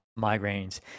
migraines